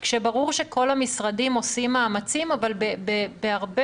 כשברור שכל המשרדים עושים מאמצים אבל בהרבה